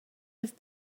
have